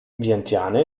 vientiane